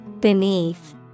Beneath